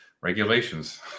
regulations